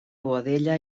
boadella